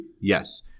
Yes